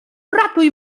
ratuj